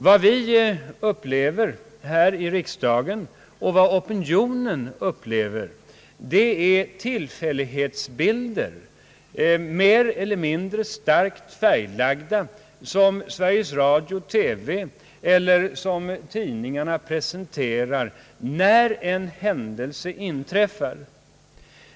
Vad vi upplever här i riksdagen och vad opinionen upplever är tillfällighetsbilder, mer eller mindre starkt färglagda, som Sveriges Radio och TV eller tidningarna presenterar när en händelse inträffar.